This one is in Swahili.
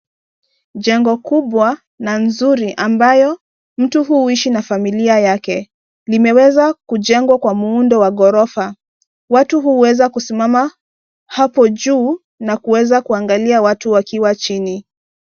Jengo kubwa na nzuri ambayo mtu huishi na familia yake. Limeweza kujengwa kwa muundo wa ghorofa. Watu huweza kusimama hapo juu na kuweza kuangalia watu wakiwa chini.